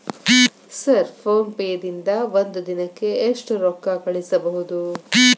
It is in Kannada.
ಸರ್ ಫೋನ್ ಪೇ ದಿಂದ ಒಂದು ದಿನಕ್ಕೆ ಎಷ್ಟು ರೊಕ್ಕಾ ಕಳಿಸಬಹುದು?